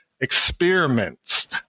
experiments